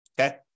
okay